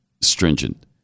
stringent